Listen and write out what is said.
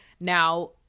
Now